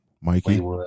Mikey